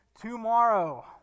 tomorrow